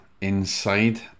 inside